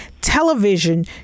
television